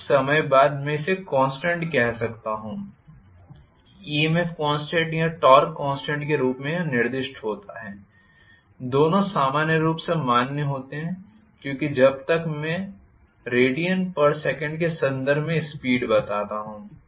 इसलिए कुछ समय बाद मैं इसे कॉन्स्टेंट कह सकता हूँ EMF कॉन्स्टेंट या टॉर्क कॉन्स्टेंट के रूप में यह निर्दिष्ट होता है दोनों समान रूप से मान्य होते हैं क्योंकि जब तक मैं radsec के संदर्भ में स्पीड बताता हूं